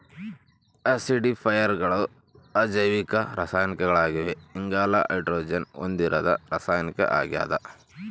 ಆಸಿಡಿಫೈಯರ್ಗಳು ಅಜೈವಿಕ ರಾಸಾಯನಿಕಗಳಾಗಿವೆ ಇಂಗಾಲ ಹೈಡ್ರೋಜನ್ ಹೊಂದಿರದ ರಾಸಾಯನಿಕ ಆಗ್ಯದ